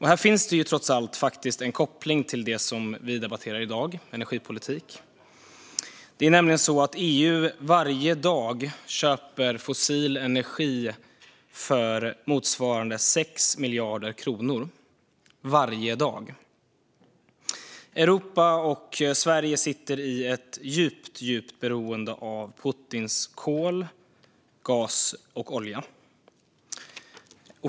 Här finns trots allt faktiskt en koppling till det vi debatterar i dag, energipolitik. Det är nämligen så att EU varje dag köper fossil energi för motsvarande 6 miljarder kronor. Europa och Sverige sitter fast i ett djupt beroende av Putins kol, gas och olja.